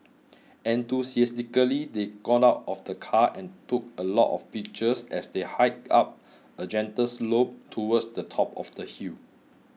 enthusiastically they got out of the car and took a lot of pictures as they hiked up a gentle slope towards the top of the hill